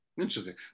interesting